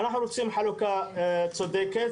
אנחנו רוצים חלוקה צודקת,